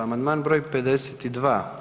Amandman broj 52.